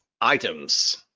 Items